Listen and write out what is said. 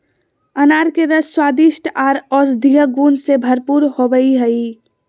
अनार के रस स्वादिष्ट आर औषधीय गुण से भरपूर होवई हई